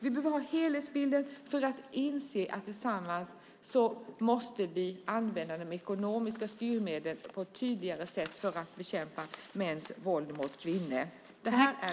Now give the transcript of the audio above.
Vi behöver helhetsbilden för att inse att vi tillsammans måste använda ekonomiska styrmedel på ett tydligare sätt för att bekämpa mäns våld mot kvinnor.